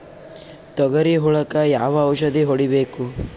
ತೊಗರಿ ಹುಳಕ ಯಾವ ಔಷಧಿ ಹೋಡಿಬೇಕು?